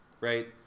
right